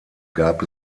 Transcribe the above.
gab